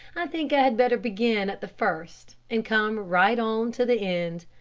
i think i had better begin at the first and come right on to the end.